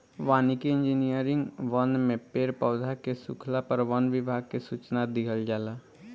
वानिकी इंजिनियर वन में पेड़ पौधा के सुखला पर वन विभाग के सूचना दिहल जाला